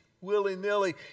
willy-nilly